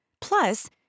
Plus